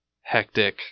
hectic